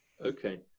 Okay